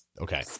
Okay